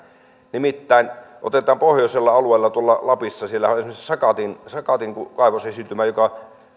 nimittäin otetaan pohjoisella alueella tuolla lapissa siellähän on esimerkiksi sakatin kaivos esiintymä ja